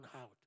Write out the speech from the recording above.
out